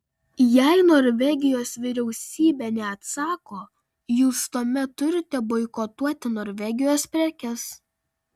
jei norvegijos vyriausybė neatsako jūs tuomet turite boikotuoti norvegijos prekes